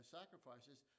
sacrifices